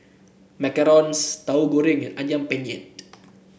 Macarons Tahu Goreng and ayam Penyet